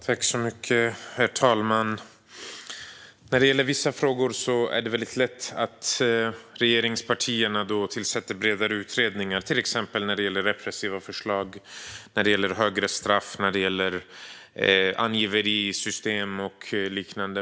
Herr talman! I vissa frågor är det väldigt lätt för regeringspartierna att tillsätta lite bredare utredningar, till exempel när det gäller repressiva förslag, högre straff, angiverisystem och liknande.